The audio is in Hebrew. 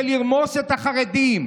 לרמוס את החרדים,